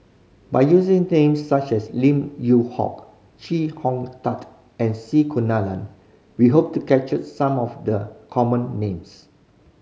by using names such as Lim Yew Hock Chee Hong Tat and C Kunalan we hope to capture some of the common names